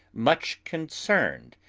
much concerned,